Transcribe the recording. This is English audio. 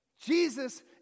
Jesus